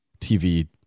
TV